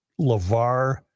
Lavar